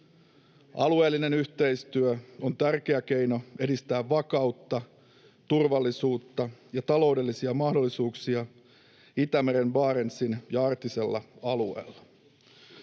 Alueellinen yhteistyö on tärkeä keino edistää vakautta, turvallisuutta ja taloudellisia mahdollisuuksia Itämeren, Barentsin ja arktisella alueella.